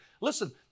Listen